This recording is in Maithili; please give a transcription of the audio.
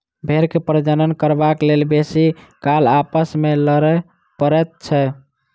भेंड़ के प्रजनन करबाक लेल बेसी काल आपस मे लड़य पड़ैत छै